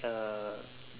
uh